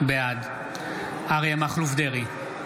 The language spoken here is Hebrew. בעד אריה מכלוף דרעי,